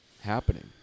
happening